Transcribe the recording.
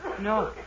no